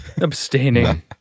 Abstaining